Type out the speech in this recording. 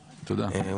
נתקבלה.